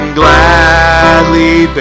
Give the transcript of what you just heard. gladly